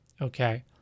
okay